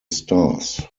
stars